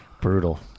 brutal